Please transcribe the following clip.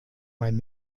mein